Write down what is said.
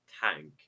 tank